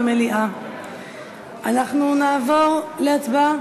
אנחנו נעבור להצבעה.